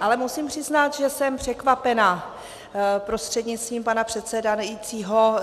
Ale musím přiznat, že jsem překvapená, prostřednictvím pana předsedajícího,